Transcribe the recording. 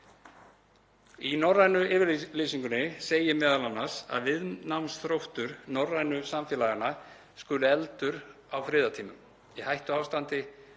Í norrænu yfirlýsingunni segir meðal annars að viðnámsþróttur norrænu samfélaganna skuli efldur á friðartímum, í hættuástandi